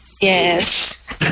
Yes